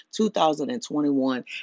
2021